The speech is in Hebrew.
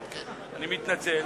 חיים אורון, אני מתנצל,